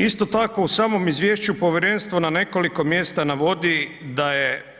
Isto tako, u samom izvješću povjerenstvo na nekoliko mjesta navodi da je,